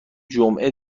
جمعه